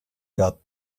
got